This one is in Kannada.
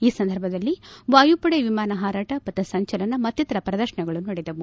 ಈ ಸಂದರ್ಭದಲ್ಲಿ ವಾಯುಪಡೆ ವಿಮಾನ ಹಾರಾಟ ಪಥ ಸಂಚಲನ ಮತ್ತಿತರ ಪ್ರದರ್ಶನಗಳು ನಡೆದವು